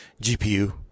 GPU